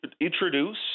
introduce